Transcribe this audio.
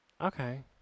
Okay